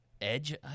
edge